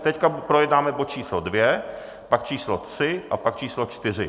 Teď projednáme bod číslo 2, pak číslo 3 a pak číslo 4.